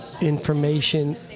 information